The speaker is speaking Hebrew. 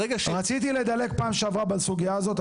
רציתי לדלג פעם שעברה בסוגיה הזאת,